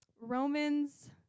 Romans